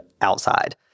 outside